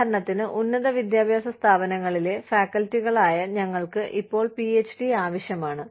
ഉദാഹരണത്തിന് ഉന്നത വിദ്യാഭ്യാസ സ്ഥാപനങ്ങളിലെ ഫാക്കൽറ്റികളായ ഞങ്ങൾക്ക് ഇപ്പോൾ പിഎച്ച്ഡി ആവശ്യമാണ്